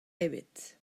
ebet